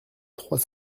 trois